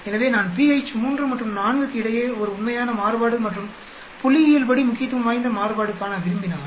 எனவே நான் pH 3 மற்றும் 4க்கு இடையே ஒரு உண்மையான மாறுபாடு மற்றும் புள்ளியியல்படி முக்கியத்துவம் வாய்ந்த மாறுபாடு காண விரும்பினால்